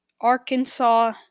Arkansas